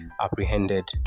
apprehended